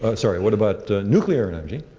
ah sorry, what about nuclear energy?